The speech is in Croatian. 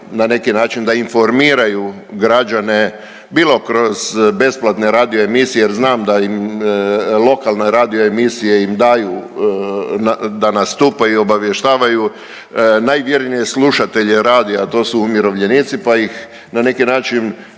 na neki način da informiraju građane, bilo kroz besplatne radio emisije jer znam da im, lokalne radio emisije im daju da nastupaju i obavještavaju najvjernije slušatelje radija, a to su umirovljenici, pa ih na neki način